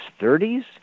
30s